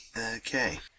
Okay